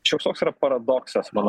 šioks toks yra paradoksas manau